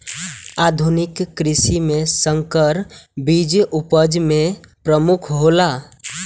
आधुनिक कृषि में संकर बीज उपज में प्रमुख हौला